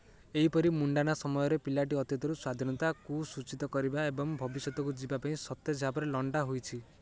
ଏହିପରି ମୁଣ୍ଡାନା ସମୟରେ ପିଲାଟି ଅତୀତରୁ ସ୍ୱାଧୀନତାକୁ ସୂଚିତ କରିବା ଏବଂ ଭବିଷ୍ୟତକୁ ଯିବା ପାଇଁ ସତେଜ ଭାବରେ ଲଣ୍ଡା ହୋଇଛି